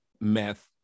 Meth